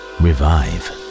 revive